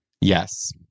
Yes